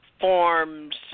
forms